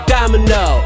Domino